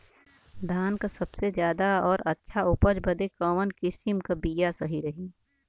धान क सबसे ज्यादा और अच्छा उपज बदे कवन किसीम क बिया सही रही?